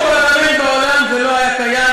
בשום פרלמנט בעולם זה לא היה קיים,